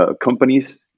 companies